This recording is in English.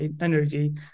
energy